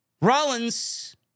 Rollins